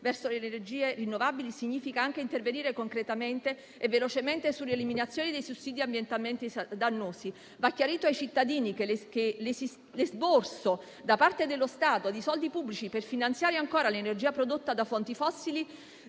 verso le energie rinnovabili significa anche intervenire concretamente e velocemente nell'eliminazione dei sussidi ambientalmente dannosi. Va chiarito ai cittadini che l'esborso da parte dello Stato di soldi pubblici per finanziare ancora l'energia prodotta da fonti fossili